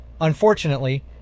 Unfortunately